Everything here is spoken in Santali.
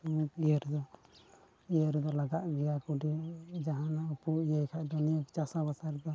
ᱤᱭᱟᱹ ᱨᱮᱫᱚ ᱤᱭᱟᱹ ᱨᱮᱫᱚ ᱞᱟᱜᱟᱜ ᱜᱮᱭᱟ ᱠᱩᱰᱤ ᱡᱟᱦᱟᱱᱟᱜ ᱮᱢ ᱯᱩ ᱤᱭᱟᱹᱭ ᱠᱷᱟᱱ ᱫᱚ ᱪᱟᱥᱟ ᱵᱟᱥᱟ ᱨᱮᱫᱚ